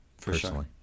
personally